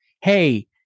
hey